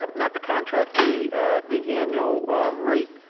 um not the contract, the the annual rate,